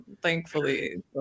thankfully